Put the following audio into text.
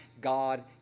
god